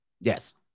Yes